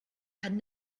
had